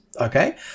okay